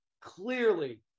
clearly